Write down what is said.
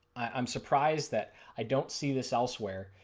i am surprised that i don't see this elsewhere.